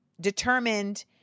determined